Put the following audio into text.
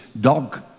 dog